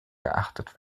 geachtet